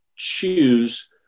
choose